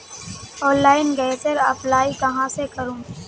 Online गैसेर apply कहाँ से करूम?